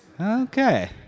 Okay